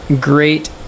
great